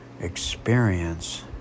experience